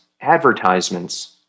advertisements